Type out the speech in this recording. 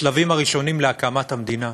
בשלבים הראשונים של הקמת המדינה.